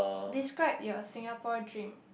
describe your Singapore dream